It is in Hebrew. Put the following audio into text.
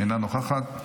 אינה נוכחת,